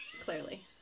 Clearly